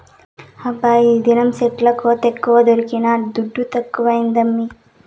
హబ్బా ఈదినం సెట్ల కోతెక్కువ దొరికిన దుడ్డు తక్కువైనాదమ్మీ